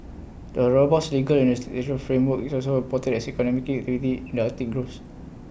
the robust legal and framework is also important as economic activity in Arctic grows